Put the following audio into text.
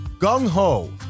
gung-ho